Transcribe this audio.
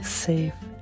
safe